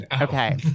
Okay